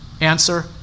Answer